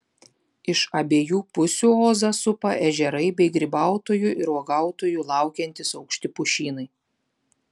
iš abiejų pusių ozą supa ežerai bei grybautojų ir uogautojų laukiantys aukšti pušynai